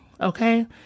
okay